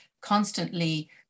constantly